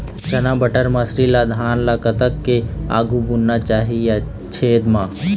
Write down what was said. चना बटर मसरी ला धान ला कतक के आघु बुनना चाही या छेद मां?